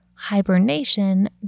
hibernation